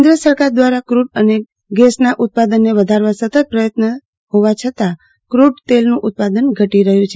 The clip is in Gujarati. કેન્દ્ર સરકાર દ્વારા ક્રૂડ અને ગેસના ઉત્પાદનને વધારવા સતત પ્રયત્ન હોવા છતાં ક્રૂડ તેલનું ઉત્પાદન ઘટી રહ્યું છે